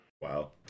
Wow